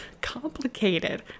complicated